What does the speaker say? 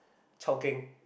chao Keng